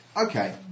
Okay